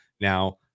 Now